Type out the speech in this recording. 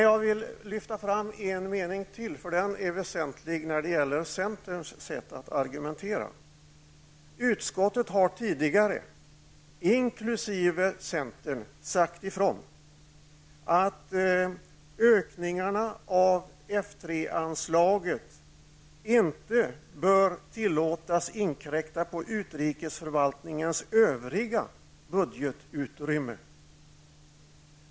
Jag vill lyfta fram en mening till, för den är väsentlig när det gäller centerns sätt att argumentera: ''Utskottet har tidigare ''-- inklusive centern -- också uttalat att en uppräkning inte bör tillåtas inkräkta på utrikesförvaltningens övriga budgetutrymme.''